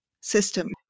system